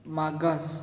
मागास